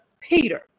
Peter